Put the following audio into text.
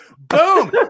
boom